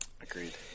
Agreed